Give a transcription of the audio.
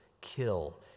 kill